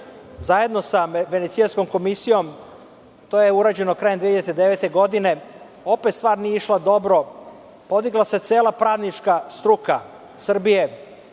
zajedno sa Venecijanskom komisijom. To je urađeno krajem 2009. godine. Opet stvar nije išla dobro, podigla se cela pravnička struka Srbije,